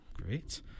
Great